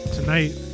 Tonight